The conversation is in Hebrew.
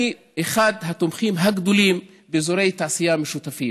אני אחד התומכים הגדולים באזורי תעשייה משותפים.